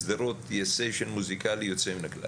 בשדרות יש סשן מוזיקלי יוצא מן הכלל